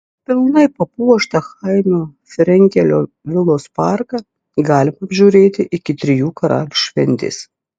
pilnai papuoštą chaimo frenkelio vilos parką galima apžiūrėti iki trijų karalių šventės